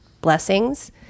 blessings